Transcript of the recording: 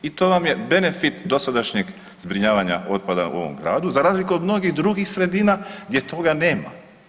I to nam je benefit dosadašnjeg zbrinjavanja otpada u ovom gradu za razliku od mnogih drugih sredina gdje toga nema.